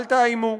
אל תאיימו.